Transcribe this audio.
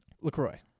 LaCroix